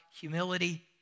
humility